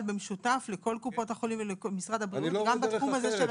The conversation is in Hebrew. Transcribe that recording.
במשותף לכל קופות החולים ולמשרד הבריאות גם בתחום הזה של התרופות?